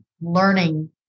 Learning